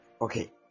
Okay